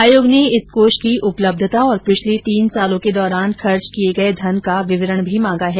आयोग ने इस कोष की उपलब्यता और पिछले तीन सालों के दौरान खर्च किये गये धन का विवरण भी मांगा है